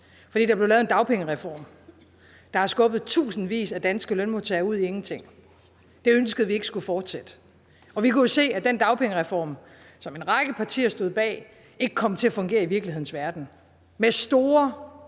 fordi der blev lavet en dagpengereform, der har skubbet tusindvis af danske lønmodtagere ud i ingenting. Det ønskede vi ikke skulle fortsætte. Og vi kunne jo se, at den dagpengereform, som en række partier stod bag, ikke kom til at fungere i virkelighedens verden, med store